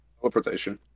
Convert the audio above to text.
Teleportation